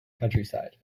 countryside